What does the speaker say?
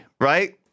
right